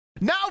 Now